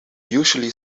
usually